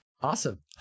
Awesome